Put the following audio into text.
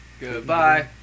goodbye